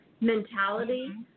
mentality